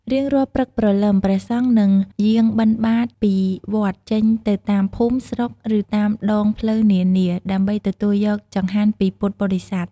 រៀងរាល់ព្រឹកព្រលឹម ព្រះសង្ឃនឹងយាងបិណ្ឌបាតពីវត្ត ចេញទៅតាមភូមិ ស្រុក ឬតាមដងផ្លូវនានា ដើម្បីទទួលយកចង្ហាន់ពីពុទ្ធបរិស័ទ។